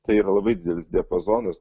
tai yra labai didelis diapazonas